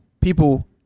people